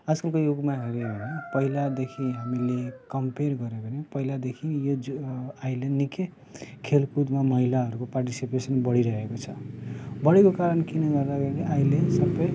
आजकलको युगमा पहिलादेखि हामीले कम्पेर गऱ्यो भने पहिलादेखि यो जो अहिले निकै खेलकुदमा महिलाहरूको पार्टिसिपेसन बडिरहेको छ बढेको कारण गर्दाखेरि अहिले सबै